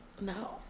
No